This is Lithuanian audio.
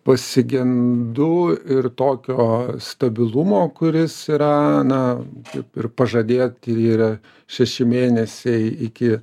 pasigendu ir tokio stabilumo kuris yra na kaip ir pažadėti yra šeši mėnesiai iki